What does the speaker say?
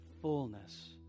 Fullness